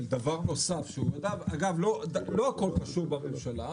לא הכול קשור בממשלה.